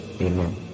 Amen